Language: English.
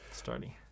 Starting